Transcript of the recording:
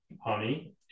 Honey